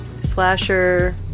Slasher